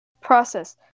process